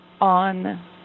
on